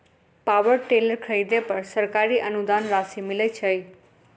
Power tiller खरीदे पर सरकारी अनुदान राशि मिलय छैय?